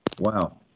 Wow